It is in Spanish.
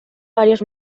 varios